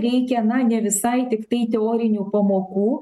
reikia na ne visai tiktai teorinių pamokų